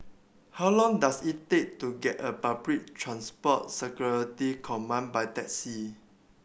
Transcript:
how long does it take to get a Public Transport Security Command by taxi